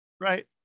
Right